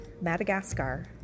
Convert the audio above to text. Madagascar